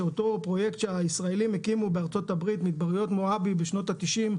שאותו פרויקט שהישראלים הקימו בארצות הברית במדבריות מואבי בשנות ה-90,